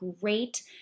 great